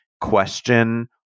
Question